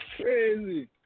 crazy